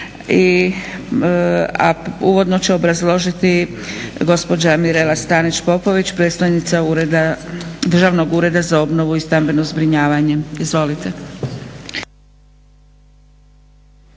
a uvodno će obrazložiti gospođa Mirela Stanić-Popović predstojnica Državnog ureda za obnovu i stambeno zbrinjavanje. Izvolite.